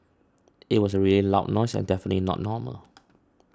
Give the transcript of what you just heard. it was a really loud noise and definitely not normal